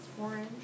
orange